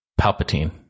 Palpatine